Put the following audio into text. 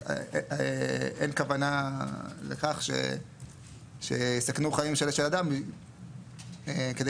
אין כוונה לכך שיסכנו חיים של אדם כדי